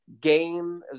game